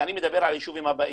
ואני מדבר על היישובים הבאים,